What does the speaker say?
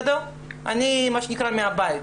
אני מה שנקרא, מהבית.